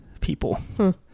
people